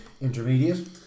Intermediate